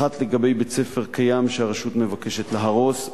אחת לגבי בית-ספר קיים שהרשות מבקשת להרוס,